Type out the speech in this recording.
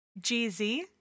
GZ